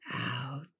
out